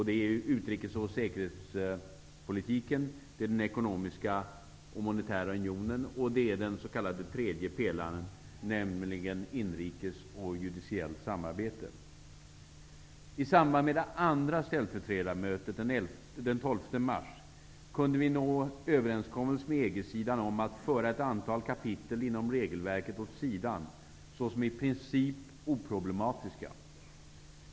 Det är utrikes och säkerhetspolitiken, den ekonomiska och monetära unionen och den s.k. tredje pelaren, nämligen inrikes och judiciellt samarbete. I samband med det andra ställföreträdarmötet den 12 mars kunde vi nå överenskommelse med EG-sidan om att föra ett antal kapitel inom regelverket åt sidan såsom i princip oproblematiska.